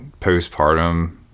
postpartum